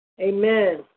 Amen